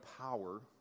power